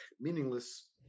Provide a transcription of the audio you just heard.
meaningless